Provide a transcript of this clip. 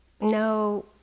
No